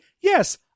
Yes